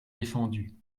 défendus